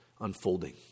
unfolding